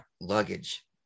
luggage